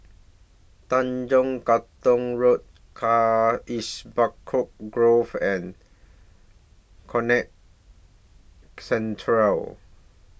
Tanjong Katong Road Carisbrooke Grove and Conrad Central